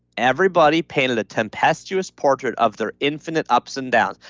everybody painted a tempestuous portrait of their infinite ups and downs.